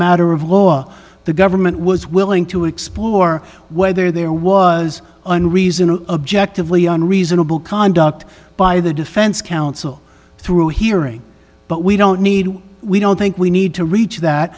matter of law the government was willing to explore whether there was an reason or objective leon reasonable conduct by the defense counsel through hearing but we don't need we don't think we need to reach that